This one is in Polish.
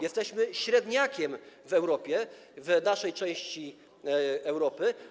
Jesteśmy średniakiem w Europie, w naszej części Europy.